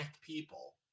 people